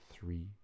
Three